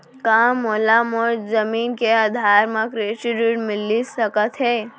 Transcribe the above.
का मोला मोर जमीन के आधार म कृषि ऋण मिलिस सकत हे?